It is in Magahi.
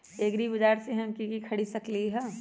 एग्रीबाजार से हम की की खरीद सकलियै ह?